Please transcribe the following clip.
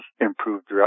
improved